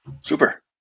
super